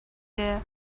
the